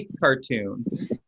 cartoon